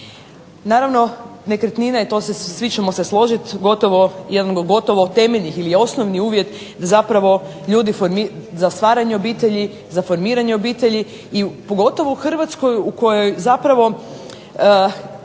Naravno, nekretnina svi ćemo se složiti, gotovo, jedan od gotovo temeljni i osnovni uvjet ljudi za stvaranje obitelji, za formiranje obitelji i pogotovo u Hrvatskoj u kojoj zapravo